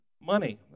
money